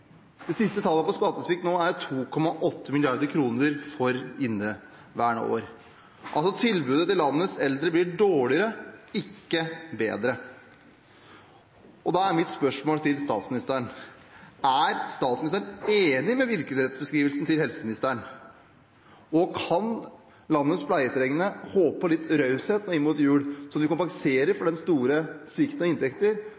Det siste tallet på skattesvikt er 2,8 mrd. kr for inneværende år, altså blir tilbudet til landets eldre dårligere, ikke bedre. Da er mitt spørsmål: Er statsministeren enig i virkelighetsbeskrivelsen til helseministeren? Kan landets pleietrengende håpe på litt raushet nå inn mot jul, slik at man kompenserer